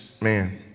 man